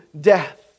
death